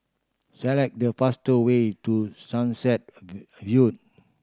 select the faster way to Sunset View